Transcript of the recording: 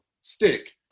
stick